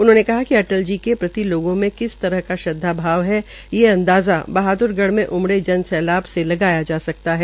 उन्होंने कहा कि अटल जी प्रति लोगों में किस तरह का श्रदवाभाव है ये अदाज़ा बहाद्र गढ़ में उमड़े जन सैलाब से लगाया जा सकता है